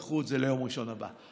דחו את זה ליום ראשון הבא.